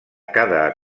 cada